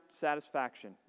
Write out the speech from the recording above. satisfaction